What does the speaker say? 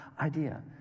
idea